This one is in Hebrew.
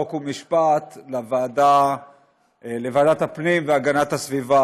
חוק ומשפט לוועדת הפנים והגנת הסביבה.